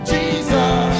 Jesus